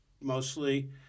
mostly